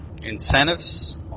Incentives